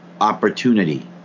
opportunity